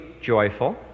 joyful